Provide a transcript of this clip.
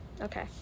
okay